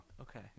okay